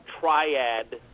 triad